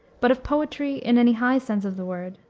but of poetry, in any high sense of the word,